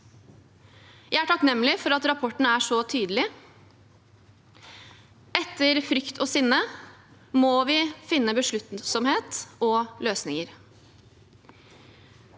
Jeg er takknemlig for at rapporten er så tydelig. Etter frykt og sinne må vi finne besluttsomhet og løsninger.